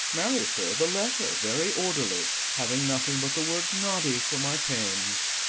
marry, sir, the letter, very orderly having nothing but the word noddy for my pains.